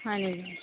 হয়নি